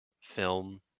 film